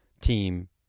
team